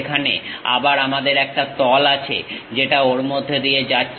সেখানে আবার আমাদের একটা তল আছে যেটা ওর মধ্যে দিয়ে যাচ্ছে